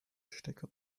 stecker